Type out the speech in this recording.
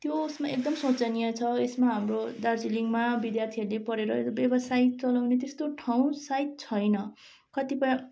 त्यो उयसमा एकदम सोचनीय छ यसमा हाम्रो दार्जिलिङमा विद्यार्थीहरूले पढेर व्यवसाय चलाउने त्यस्तो ठाउँ सायद छैन कतिपय